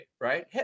right